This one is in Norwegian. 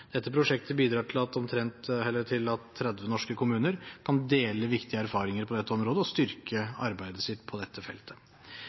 Dette prosjektet bidrar til at 30 norske kommuner kan dele viktige erfaringer på dette området og styrke arbeidet sitt på dette feltet.